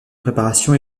préparation